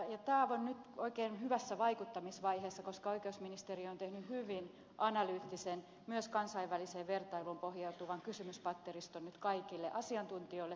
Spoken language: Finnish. tämä on nyt oikein hyvässä vaikuttamisvaiheessa koska oikeusministeriö on tehnyt hyvin analyyttisen myös kansainväliseen vertailuun pohjautuvan kysymyspatteriston nyt kaikille asiantuntijoille ja alan toimijoille